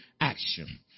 action